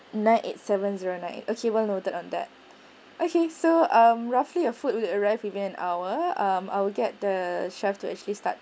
nine eight seven zero nine eight okay well noted on that okay so um roughly the food will arrive within an hour um I'll get the chefs to actually start